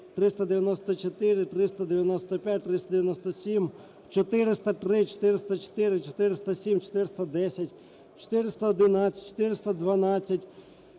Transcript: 394, 395, 397, 403, 404, 407, 410, 411, 412,